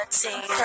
team